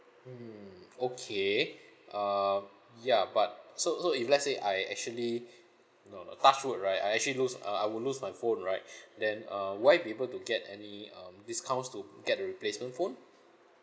mmhmm okay uh ya but so so if let's say I actually no no touch wood right I actually lose err I will lose my phone right then uh will I be able to get any um discounts to get a replacement phone